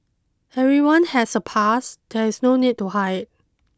everyone has a past there is no need to hide